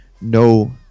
no